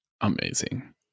Amazing